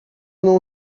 não